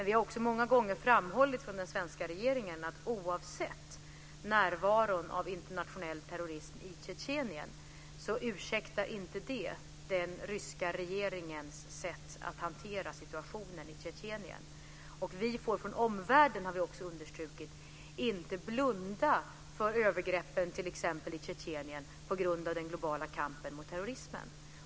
Vi har också många gånger från den svenska regeringen framhållit att närvaron av internationell terrorism i Tjetjenien inte ursäktar den ryska regeringens sätt att hantera situationen i Tjetjenien. Omvärlden får, har vi också understrukit, inte blunda för övergreppen t.ex. i Tjetjenien på grund av den globala kampen mot terrorismen.